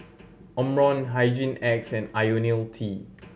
Omron Hygin X and Ionil T